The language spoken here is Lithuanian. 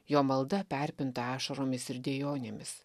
jo malda perpinta ašaromis ir dejonėmis